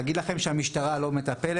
להגיד לכם שהמשטרה לא מטפלת,